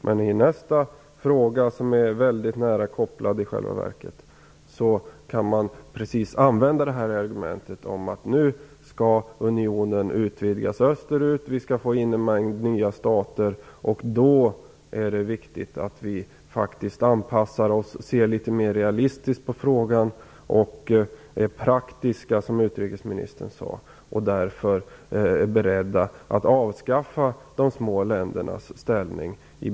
Men i nästa fråga, som i själva verket är nära kopplad till detta, kan man använda just argumentet att nu skall unionen utvidgas österut - vi skall ju få in en mängd nya stater, och då är det viktigt att vi anpassar oss och ser litet mera realistiskt på frågan. Det är viktigt att vi är praktiska, sade utrikesministern. Vi skall således vara beredda att i betydande utsträckning avskaffa de små ländernas ställning.